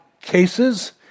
cases